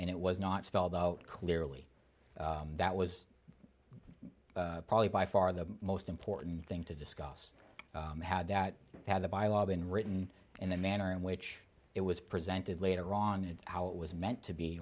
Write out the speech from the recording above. and it was not spelled out clearly that was probably by far the most important thing to discuss had that had the by law been written in the manner in which it was presented later wrong and how it was meant to be